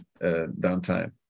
downtime